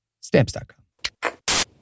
Stamps.com